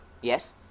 Yes